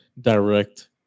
direct